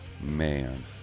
man